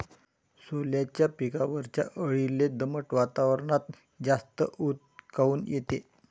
सोल्याच्या पिकावरच्या अळीले दमट वातावरनात जास्त ऊत काऊन येते?